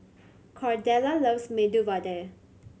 Cordella loves Medu Vada